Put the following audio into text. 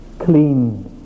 clean